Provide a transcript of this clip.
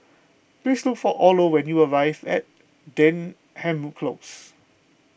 please look for Orlo when you arrive Denham Close